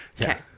Okay